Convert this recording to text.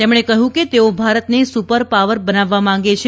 તેમણે કહ્યું કે તેઓ ભારતને સુપર પાવર બનાવવા માંગે છે